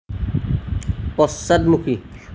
পশ্চাদমুখী